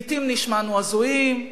לעתים נשמענו הזויים,